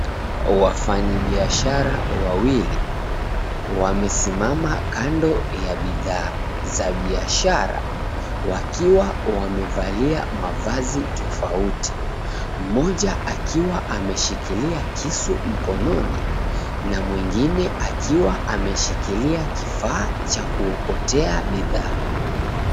Wafanyibiashara wawili, wamesimama kando ya bidhaa za bishara wakiwa wamevalia mavazi tofauti. Mmoja akiwa ameshikilia kisu mkononi na mwengine akiwa ameshikilia kifaa cha kuokotea bidhaa.